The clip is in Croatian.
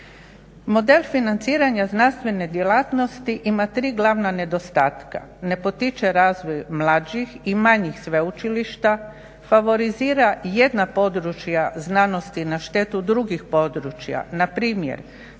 Model financiranja znanstvene djelatnosti ima tri glavna nedostatka: ne potiče razvoj mlađih i manjih sveučilišta, favorizira jedna područja znanosti na štetu drugih područja, npr.